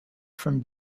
from